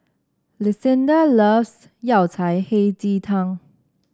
Lucinda loves Yao Cai Hei Ji Tang